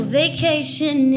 vacation